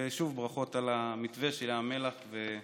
ושוב, ברכות על המתווה של ים המלח ואילת.